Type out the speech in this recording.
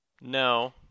No